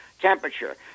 temperature